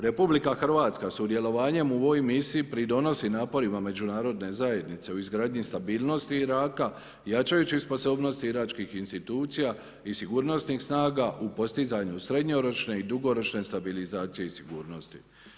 RH sudjelovanjem u ovoj misiji pridonosi naporima međunarodne zajednice u izgradnji i stabilnosti Iraka jačajući sposobnosti iračkih institucija i sigurnosnih snaga u postizanju srednjoročne i dugoročne stabilizacije i sigurnosti.